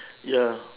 ya